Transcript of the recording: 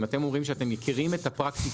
אם אתם אומרים שאתם מכירים את הפרקטיקות